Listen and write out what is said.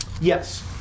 Yes